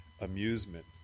amusement